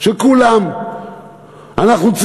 של כולם.